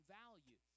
value